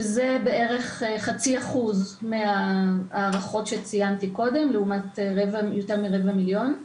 שזה בערך 0.5% מההערכות שציינתי קודם לעומת יותר מרבע מיליון.